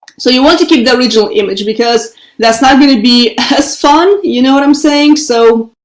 so you want to keep the original image because that's not going to be as fun. you know what i'm saying? so,